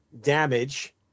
damage